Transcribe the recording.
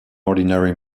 ordinary